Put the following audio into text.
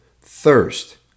Thirst